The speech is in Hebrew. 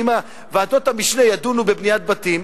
כי אם ועדות המשנה ידונו בבניית בתים,